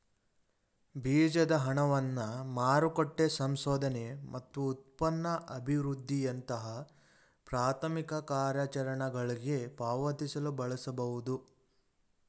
ಬೀಜದ ಹಣವನ್ನ ಮಾರುಕಟ್ಟೆ ಸಂಶೋಧನೆ ಮತ್ತು ಉತ್ಪನ್ನ ಅಭಿವೃದ್ಧಿಯಂತಹ ಪ್ರಾಥಮಿಕ ಕಾರ್ಯಾಚರಣೆಗಳ್ಗೆ ಪಾವತಿಸಲು ಬಳಸಬಹುದು